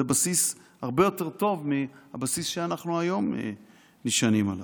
זה בסיס הרבה יותר טוב מהבסיס שאנחנו היום נשענים עליו.